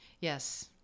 Yes